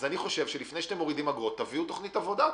אז אני חושב שלפני שאתם מורידים אגרות תביאו תכנית עבודה.